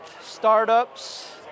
startups